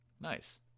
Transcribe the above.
nice